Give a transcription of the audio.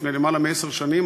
לפני למעלה מעשר שנים,